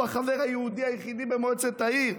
הוא החבר היהודי היחידי של מועצת העיר".